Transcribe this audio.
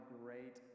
great